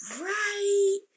right